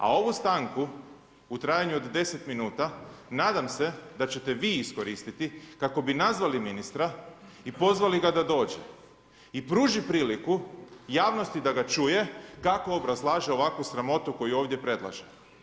A ovu stanku u trajanju od 10 minuta, nadam se da ćete vi iskoristiti kako bi nazvali ministra i pozvali ga da dođe i pruži priliku javnosti da ga čuje kako obrazlaže ovakvu sramotu koju ovdje predlaže.